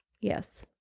Yes